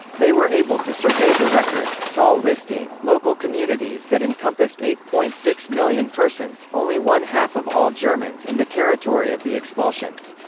they were able to survey the records soll-listeen local communities that encompassed eight point six million persons, only one half of all germans in the territory territory of the expulsions.